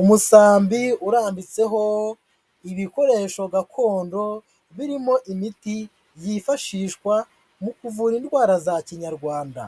Umusambi urambitseho ibikoresho gakondo, birimo imiti yifashishwa mu kuvura indwara za Kinyarwanda,